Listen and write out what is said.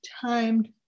timed